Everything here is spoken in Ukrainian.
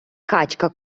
качка